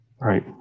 Right